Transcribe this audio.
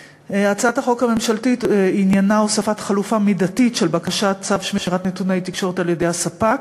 3. האם נעשית הסברת מניעה לילדים בבתי-הספר?